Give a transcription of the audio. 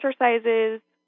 exercises